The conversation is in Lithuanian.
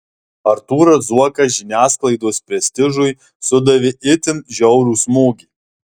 artūras zuokas žiniasklaidos prestižui sudavė itin žiaurų smūgį